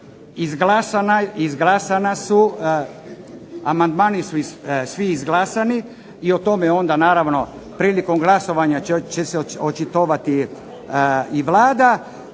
izglasana su, amandmani su svi izglasani, i o tome prilikom glasanja će se očitovati i Vlada